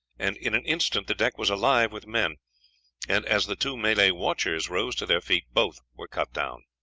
and in an instant the deck was alive with men and as the two malay watchers rose to their feet, both were cut down.